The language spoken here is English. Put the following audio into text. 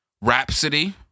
Rhapsody